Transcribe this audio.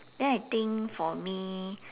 then I think for me